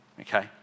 Okay